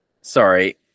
Sorry